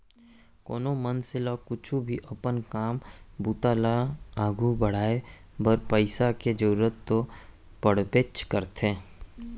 कोनो मनसे ल कुछु भी अपन काम बूता ल आघू बढ़ाय बर पइसा के जरूरत तो पड़बेच करथे